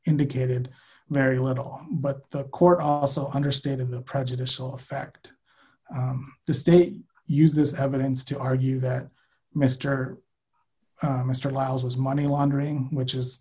indicated very little but the court also understated the prejudicial effect the state used this evidence to argue that mister mr allows money laundering which is